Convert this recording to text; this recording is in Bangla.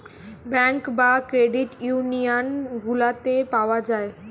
ব্যাঙ্ক বা ক্রেডিট ইউনিয়ান গুলাতে পাওয়া যায়